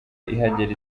ihagera